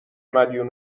مدیون